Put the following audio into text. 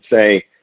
say